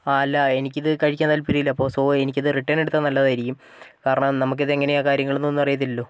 ആ അല്ല എനിക്കിത് കഴിക്കാൻ താല്പര്യമില്ല അപ്പോൾ സൊ എനിക്കിത് റിട്ടേൺ എടുത്താൽ നല്ലതായിരിക്കും കാരണം നമുക്ക് ഇത് എങ്ങനെയാണ് കാര്യങ്ങൾ ഒന്നും അറിയത്തില്ലലോ